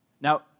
Now